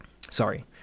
sorry